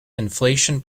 inflation